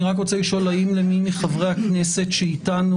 אני רק רוצה לשאול האם למי מחברי הכנסת שאיתנו